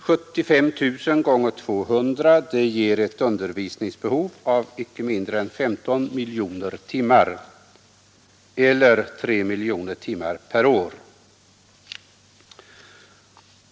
75 000 x 200 ger ett undervisningsbehov av inte mindre än 15 miljoner timmar eller 3 miljoner timmar per år.